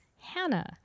Hannah